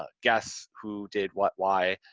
ah guess who did what, why,